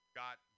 got